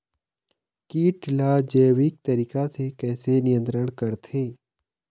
कीट ला जैविक तरीका से कैसे नियंत्रण करथे?